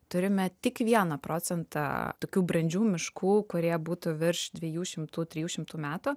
turime tik vieną procentą tokių brandžių miškų kurie būtų virš dviejų šimtų trijų šimtų metų